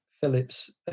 Phillips